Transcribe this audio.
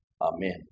Amen